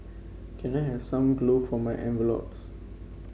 can I have some glue for my envelopes